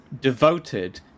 devoted